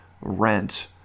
rent